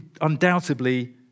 undoubtedly